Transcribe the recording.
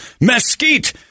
mesquite